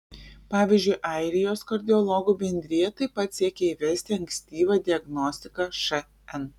pavyzdžiui airijos kardiologų bendrija taip pat siekia įvesti ankstyvą diagnostiką šn